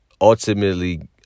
ultimately